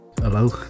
Hello